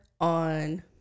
on